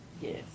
Yes